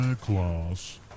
class